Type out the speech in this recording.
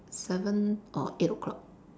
seven or eight O-clock